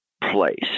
Place